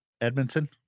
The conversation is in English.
Edmonton